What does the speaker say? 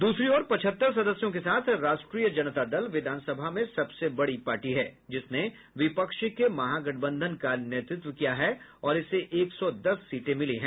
दूसरी ओर पचहत्तर सदस्यों के साथ राष्ट्रीय जनता दल विधानसभा में सबसे बड़ी पार्टी है जिसने विपक्ष के महागठबंधन का नेतृत्व किया है और इसे एक सौ दस सीटें मिली हैं